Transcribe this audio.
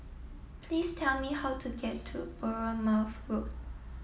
please tell me how to get to Bournemouth Road